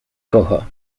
kocha